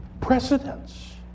precedence